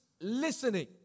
listening